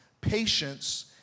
patience